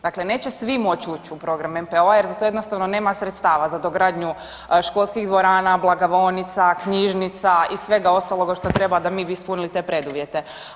Dakle, neće svi moći ući u program MPO-a jer za to jednostavno nema sredstava za dogradnju školskih dvorana, blagovaonica, knjižnica i svega ostaloga da treba da bi mi ispunili te preduvjete.